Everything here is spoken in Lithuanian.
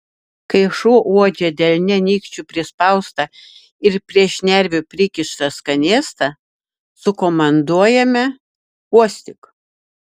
kai šuo uodžia delne nykščiu prispaustą ir prie šnervių prikištą skanėstą sukomanduojame uostyk